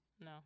No